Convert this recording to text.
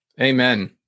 Amen